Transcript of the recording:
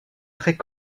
traits